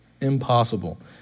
impossible